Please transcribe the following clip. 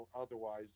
otherwise